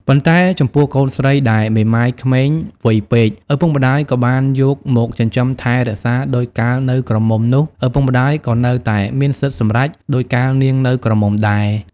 ប៉ុន្តែចំពោះកូនស្រីដែលមេម៉ាយក្មេងវ័យពេក ឪពុកម្ដាយក៏បានយកមកចិញ្ចឹមថែរក្សាដូចកាលនៅក្រមុំនោះ ឪពុកម្ដាយក៏នៅតែមានសិទ្ធិសម្រេចដូចកាលនាងនៅក្រមុំដែរ ។